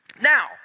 Now